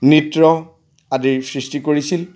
নৃত্য আদিৰ সৃষ্টি কৰিছিল